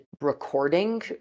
recording